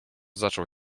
zaczął